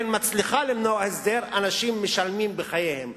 מצליחה למנוע הסדר אנשים משלמים בחייהם,